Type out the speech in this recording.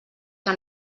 que